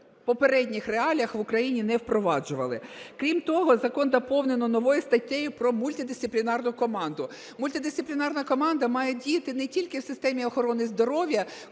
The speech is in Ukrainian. попередніх реаліях в Україні не впроваджували. Крім того, закон доповнено новою статтею про мультидисциплінарну команду. Мультидисциплінарна команда має діяти не тільки в системі охорони здоров'я,